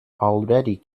already